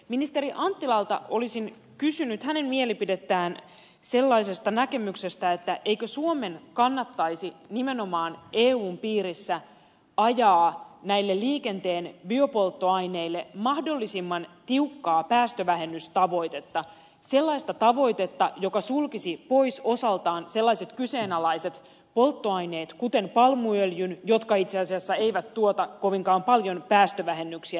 ministeri anttilalta olisin kysynyt hänen mielipidettään sellaisesta näkemyksestä että eikö suomen kannattaisi nimenomaan eun piirissä ajaa liikenteen biopolttoaineille mahdollisimman tiukkaa päästövähennystavoitetta sellaista tavoitetta joka sulkisi pois osaltaan sellaiset kyseenalaiset polttoaineet kuten palmuöljyn jotka itse asiassa eivät tuota kovinkaan paljon päästövähennyksiä